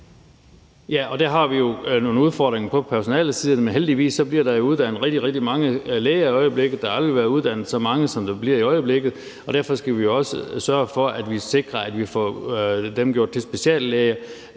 (KF): Der har vi jo nogle udfordringer på personalesiden, men heldigvis bliver der er uddannet rigtig, rigtig mange læger i øjeblikket. Der er aldrig blevet uddannet så mange, som der bliver i øjeblikket, og derfor skal vi også sørge for, at vi sikrer, at vi får dem gjort til speciallæger,